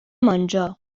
آنجا